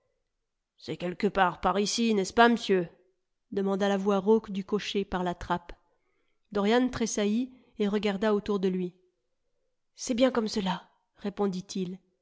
c'est quelque part par ici n'est-ce pas m'sieu demanda la voix rauque du cocher par la trappe dorian tressaillit et regarda autour de lui c'est bien comme cela